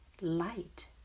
light